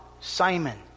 Simon